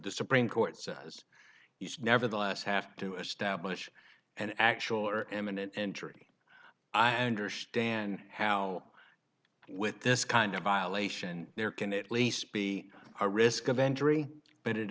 the supreme court says he's never the last have to establish an actual or imminent injury i understand how with this kind of violation there can at least be a risk of injury but it